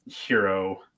hero